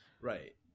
Right